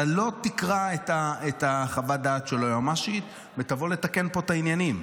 אתה לא תקרא את החוות דעת של היועמ"שית ותבוא לתקן פה את העניינים.